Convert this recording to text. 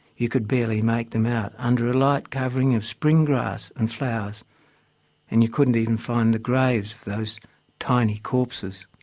you could barely make them out under a light covering of spring grass and flowers and you couldn't even find the graves of those tiny corpses.